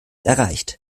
erreicht